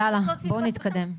יאללה בואו נתקדם.